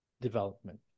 development